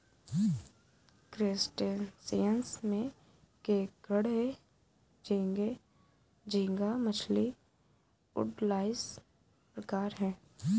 crustaceans में केकड़े झींगे, झींगा मछली, वुडलाइस प्रकार है